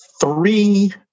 three